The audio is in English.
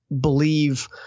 believe